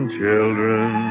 children